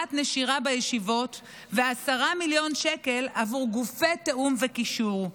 למניעת נשירה בישיבות ו-10 מיליון שקל עבור גופי תיאום וקישור,